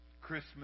Christmas